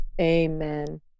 Amen